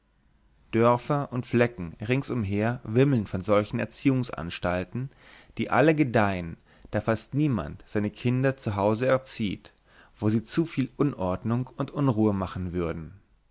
dörfer und flecken ringsumher wimmeln von solchen erziehungsanstalten die alle gedeihen da fast niemand seine kinder zu hause erzieht wo sie zu viel unordnung und unruhe machen würden